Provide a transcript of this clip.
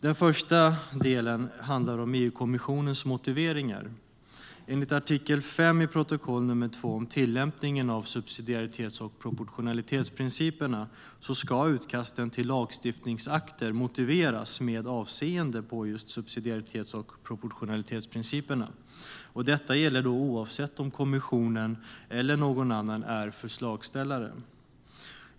Den första delen handlar om EU-kommissionens motiveringar. Enligt artikel 5 i protokoll nr 2 om tillämpningen av subsidiaritets och proportionalitetsprinciperna ska utkasten till lagstiftningsakter motiveras med avseende på just subsidiaritets och proportionalitetsprinciperna. Detta gäller oavsett om kommissionen eller någon annan är förslagsställaren.